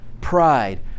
pride